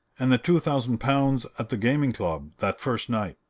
and the two thousand pounds at the gaming club that first night?